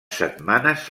setmanes